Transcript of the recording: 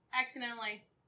Accidentally